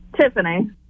Tiffany